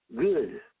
good